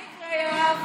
מה יקרה, יואב?